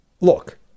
Look